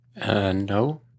No